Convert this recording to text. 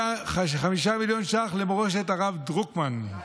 5 מיליון ש"ח למורשת הרב דרוקמן,